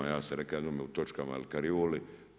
Ja sam reka jednome u tačkama ili karioli.